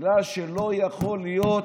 בגלל שלא יכול להיות